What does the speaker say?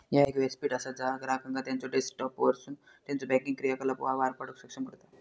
ह्या एक व्यासपीठ असा ज्या ग्राहकांका त्यांचा डेस्कटॉपवरसून त्यांचो बँकिंग क्रियाकलाप पार पाडूक सक्षम करतत